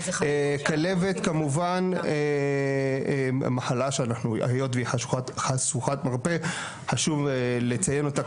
כלבת כמובן היות והיא חשוכת מרפא חשוב לציין אותה